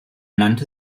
nannte